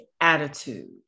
attitude